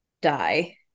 die